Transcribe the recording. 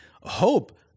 hope